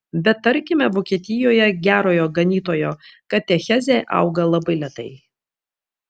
bet tarkime vokietijoje gerojo ganytojo katechezė auga labai lėtai